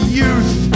youth